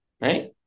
right